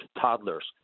toddlers